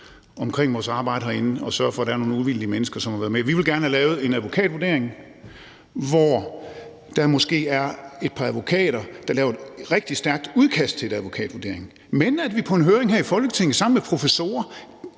omkring vores arbejde herinde og sørge for, at det er nogle uvildige mennesker, som har været med til det. Vi vil gerne have lavet en advokatvurdering, hvor der måske er et par advokater, der laver et rigtig stærkt udkast til en advokatvurdering, men hvor vi så på en høring her i Folketinget sammen med professorer